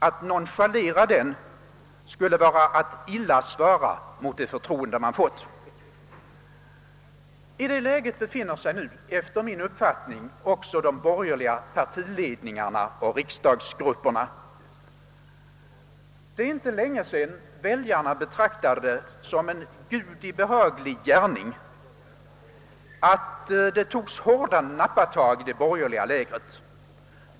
Att nonchalera den skulle vara att illa svara mot det förtroende man fått. I det läget befinner sig nu enligt min uppfattning också de borgerliga partiledningarna och riksdagsgrupperna. Det är inte länge sedan väljarna betraktade det som en gudi behaglig gärning att det togs hårda nappatag i det borgerliga lägret.